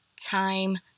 time